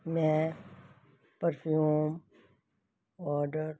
ਮੈਂ perfume order